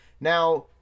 Now